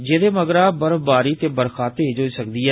जेदे मगरा बर्फवारी ते बरखा तेज होई सकदी ऐ